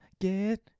get